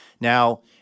Now